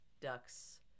Ducks